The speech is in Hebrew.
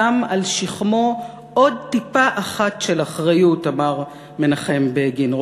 שם על שכמו עוד טיפה אחת של אחריות" אמר מנחם בגין,